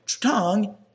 tongue